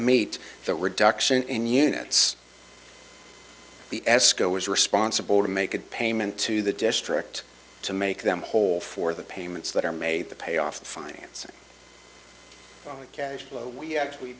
meet that reduction in units the sco is responsible to make a payment to the district to make them whole for the payments that are made to pay off the finance cash flow we actually